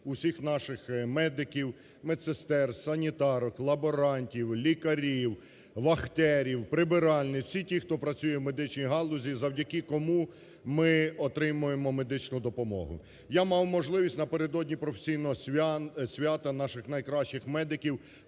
усіх наших медиків, медсестер, санітарок, лаборантів, лікарів, вахтерів, прибиральниць, всі ті, хто працює в медичній галузі, завдяки кому ми отримуємо медичну допомогу. Я мав можливість на передодні професійного свята наших найкращих медиків